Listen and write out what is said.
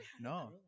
No